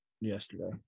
yesterday